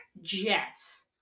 Jets